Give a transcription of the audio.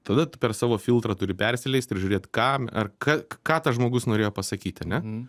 tada tu per savo filtrą turi persileisti ir žiūrėt kam ar ka ką tas žmogus norėjo pasakyti ar ne